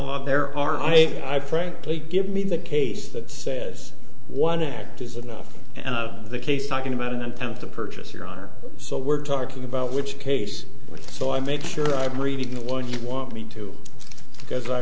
law there are eight i frankly give me the case that says one act is enough and of the case talking about an intent to purchase your honor so we're talking about which case so i make sure i'm reading the one you want me to because i